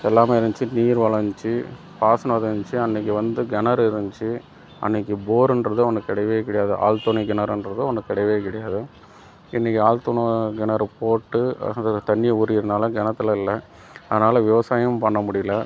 எல்லாமே இருந்துச்சு நீர் வளம் இருந்துச்சு பாசனம் இருந்துச்சு அன்றைக்கி வந்து கிணறு இருந்துச்சு அன்றைக்கி போருங்றது ஒன்று கிடையவே கிடையாது ஆழ்துணைக்கிணறுங்றது ஒன்று கிடையவே கிடையாது இன்றைக்கி ஆழ்துணை கிணறு போட்டு அதில் தண்ணியை உரிகிறதுனால கிணத்துல இல்லை ஆனாலும் விவசாயம் பண்ண முடியல